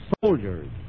soldiers